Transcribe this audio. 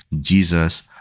Jesus